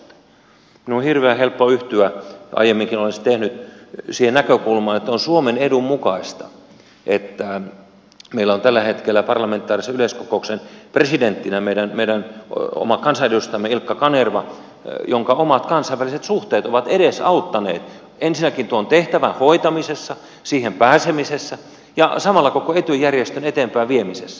minun on hirveän helppo yhtyä aiemminkin olen sen tehnyt siihen näkökulmaan että on suomen edun mukaista että meillä on tällä hetkellä parlamentaarisen yleiskokouksen presidenttinä meidän oma kansanedustajamme ilkka kanerva jonka omat kansainväliset suhteet ovat edesauttaneet ensinnäkin tuon tehtävän hoitamisessa siihen pääsemisessä ja samalla koko etyj järjestön eteenpäinviemisessä